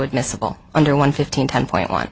admissible under one fifteen ten point one